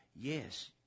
Yes